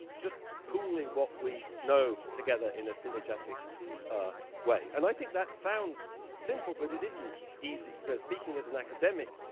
just pooling what we know together in a synergetic ah way, and i think that sounds simple, but it isn't easy. speaking as an academic,